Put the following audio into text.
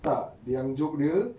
tak yang job dia